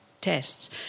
tests